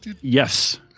Yes